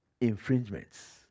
infringements